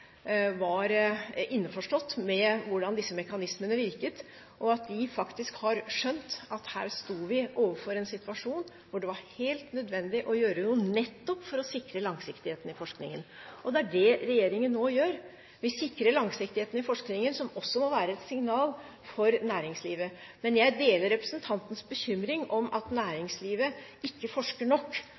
var innforstått med hvordan disse mekanismene virket, og at de faktisk har skjønt at vi her sto overfor en situasjon hvor det var helt nødvendig å gjøre noe, nettopp for å sikre langsiktigheten i forskningen. Det er det regjeringen nå gjør. Vi sikrer langsiktigheten i forskningen, som også må være et signal for næringslivet. Men jeg deler representantens bekymring over at næringslivet ikke forsker nok.